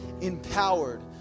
empowered